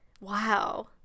wow